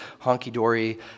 honky-dory